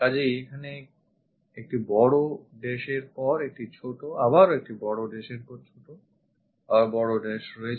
কাজেই এখানে একটি বড়ো dash এর পর একটি ছোট আবারও একটি বড়ো dash ছোট dash এবং বড়ো dash রয়েছে